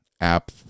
app